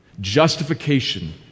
Justification